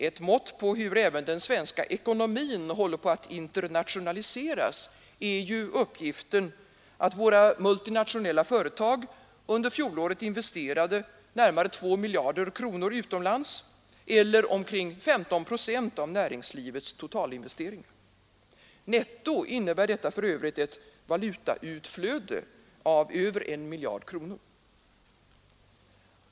Ett mått på hur även den svenska ekonomin håller på att internationaliseras är uppgiften att våra multinationella företag under fjolåret investerade närmare 2 miljarder kronor utomlands eller omkring 15 procent av näringslivets totalinvesteringar. Netto innebär detta för övrigt ett valutautflöde på över I miljard kronor.